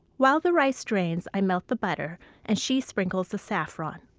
while the rice drains i melt the butter and she sprinkles the saffron,